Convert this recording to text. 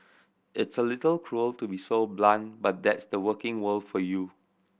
it's a little cruel to be so blunt but that's the working world for you